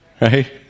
Right